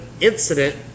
incident